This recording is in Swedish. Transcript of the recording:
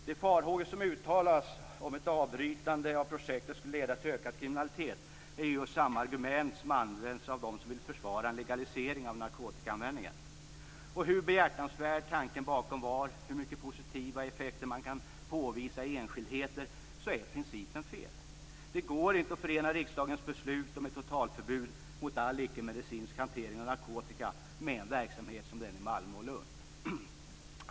De farhågor som uttalas om att ett avbrytande av projektet skulle leda till ökad kriminalitet är just samma argument som används av dem som vill försvara en legalisering av narkotikaanvändningen. Hur behjärtansvärd tanken bakom än var, hur mycket positiva effekter man än kan påvisa i enskildheter, är principen ändå fel. Det går inte att förena riksdagens beslut om ett totalförbud mot all icke-medicinsk hantering av narkotika med en verksamhet som den i Malmö och Lund.